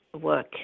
work